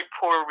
poor